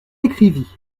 écrivit